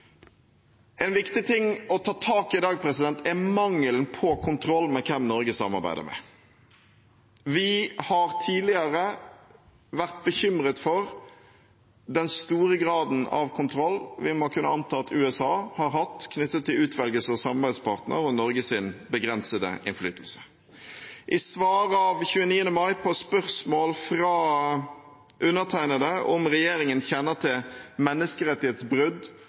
En viktig ting å ta tak i i dag er mangelen på kontroll med hvem Norge samarbeider med. Vi har tidligere vært bekymret over den store graden av kontroll vi må kunne anta at USA har hatt knyttet til utvelgelse av samarbeidspartner, og Norges begrensede innflytelse. I svarbrevet av 29. mai på spørsmål fra undertegnede om regjeringen kjenner til menneskerettighetsbrudd